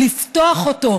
לפתוח אותו,